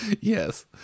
Yes